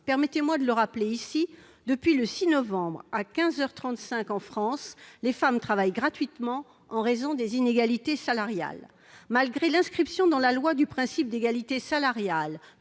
Permettez-moi de le rappeler, depuis le 6 novembre, à quinze heures trente-cinq, en France, les femmes travaillent gratuitement en raison des inégalités salariales. Malgré l'inscription dans la loi du principe d'égalité salariale